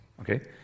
Okay